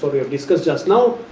we have discussed just now,